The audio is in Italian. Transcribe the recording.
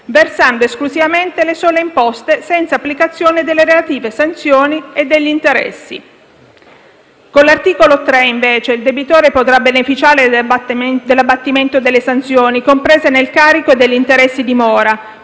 versando esclusivamente le sole imposte, senza applicazione delle relative sanzioni e degli interessi. Con l'articolo 3, invece, il debitore potrà beneficiare dell'abbattimento delle sanzioni comprese nel carico e dell'interesse di mora,